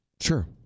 Sure